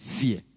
fear